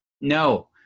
No